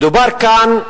מדובר כאן,